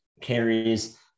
carries